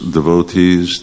devotees